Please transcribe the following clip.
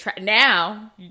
now